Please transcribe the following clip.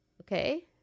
Okay